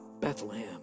Bethlehem